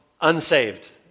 unsaved